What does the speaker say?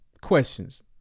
questions